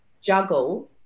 juggle